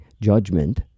judgment